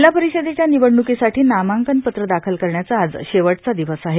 जिल्हा परिषदेच्या निवडण्कीसाठी नामाक्कन पत्र दाखल करण्याचा आज शेवटचा दिवस आहे